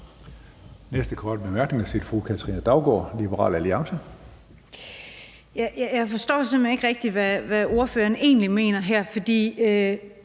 hen ikke rigtig, hvad ordføreren egentlig mener her.